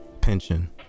pension